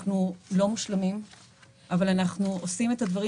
אנחנו לא מושלמים אבל אנחנו עושים את הדברים